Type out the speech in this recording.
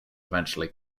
eventually